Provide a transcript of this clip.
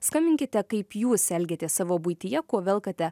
skambinkite kaip jūs elgiatės savo buityje kuo velkate